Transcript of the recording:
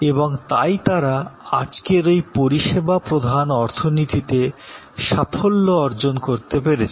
এবং তাই তারা আজকের এই পরিষেবা প্রধান অর্থনীতিতে সাফল্য অর্জন করতে পেরেছে